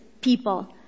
people